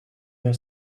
her